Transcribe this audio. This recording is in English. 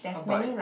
how bout